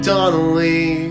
Donnelly